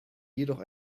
jedoch